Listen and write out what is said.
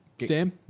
Sam